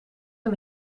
een